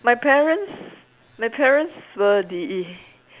my parents my parents were the